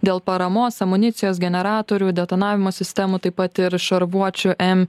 dėl paramos amunicijos generatorių detonavimo sistemų taip pat ir šarvuočių em